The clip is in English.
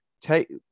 take